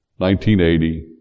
1980